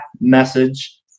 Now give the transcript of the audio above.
message